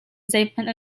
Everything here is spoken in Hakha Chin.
zeihmanh